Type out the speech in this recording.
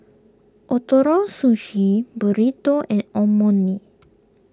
Ootoro Sushi Burrito and